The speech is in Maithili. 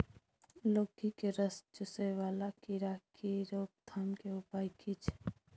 लौकी के रस चुसय वाला कीरा की रोकथाम के उपाय की छै?